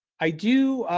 i do,